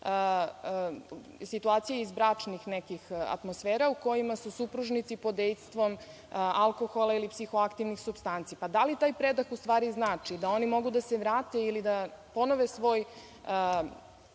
situacije iz bračnih nekih atmosfera u kojima su supružnici pod dejstvom alkohola ili psihoaktivnih supstanci. Pa, da li taj predah u stvari znači da oni mogu da se vrate ili da ponove svoj